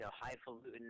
highfalutin